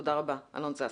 תודה רבה, אלון זסק.